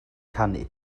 canu